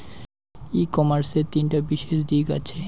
ই কমার্সের তিনটা বিশেষ দিক আছে